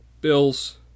Bills